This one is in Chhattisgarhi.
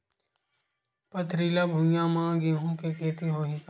पथरिला भुइयां म गेहूं के खेती होही का?